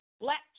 black